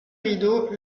rideau